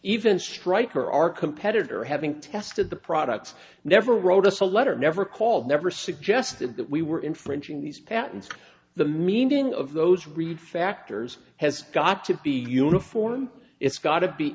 even striker our competitor having tested the products never wrote us a letter never called never suggested that we were infringing these patents the meaning of those read factors has got to be uniform it's got to be